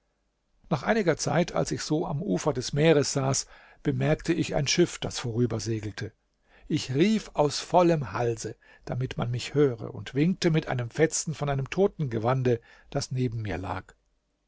nach einiger zeit als ich so am ufer des meeres saß bemerkte ich ein schiff das vorüber segelte ich rief aus vollem halse damit man mich höre und winkte mit einem fetzen von einem totengewande das neben mir lag